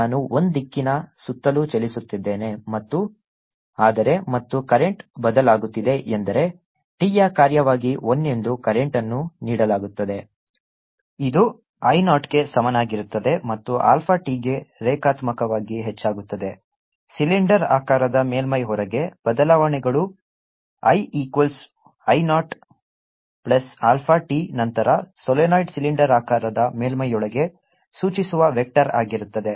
ನಾನು I ದಿಕ್ಕಿನ ಸುತ್ತಲೂ ಚಲಿಸುತ್ತಿದ್ದೇನೆ ಮತ್ತು ಆದರೆ ಮತ್ತು ಕರೆಂಟ್ ಬದಲಾಗುತ್ತಿದೆ ಎಂದರೆ t ಯ ಕಾರ್ಯವಾಗಿ I ಎಂದು ಕರೆಂಟ್ ಅನ್ನು ನೀಡಲಾಗುತ್ತದೆ ಇದು I not ಗೆ ಸಮನಾಗಿರುತ್ತದೆ ಮತ್ತು alpha t ಗೆ ರೇಖಾತ್ಮಕವಾಗಿ ಹೆಚ್ಚಾಗುತ್ತದೆ ಸಿಲಿಂಡರಾಕಾರದ ಮೇಲ್ಮೈಯ ಹೊರಗೆ ಬದಲಾವಣೆಗಳು I equals I naught plus alpha t ನಂತರ ಸೊಲೆನಾಯ್ಡ್ನ ಸಿಲಿಂಡರಾಕಾರದ ಮೇಲ್ಮೈಯೊಳಗೆ ಸೂಚಿಸುವ ವೆಕ್ಟರ್ ಆಗಿರುತ್ತದೆ